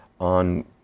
on